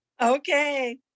Okay